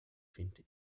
finde